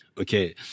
Okay